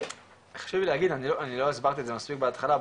חשוב לי להגיד, לא הסברתי את זה מספיק בהתחלה.